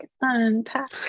Unpack